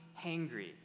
hangry